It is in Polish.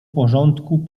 porządku